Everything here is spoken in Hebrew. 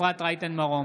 אפרת רייטן מרום,